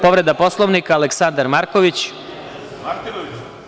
Povreda Poslovnika, Aleksandar Marković.